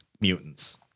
mutants